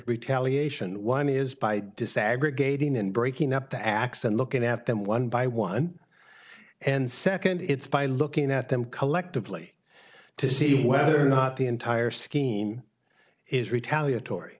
retaliation one is by disaggregating in breaking up the acts and looking after them one by one and second it's by looking at them collectively to see whether or not the entire scheme is retaliatory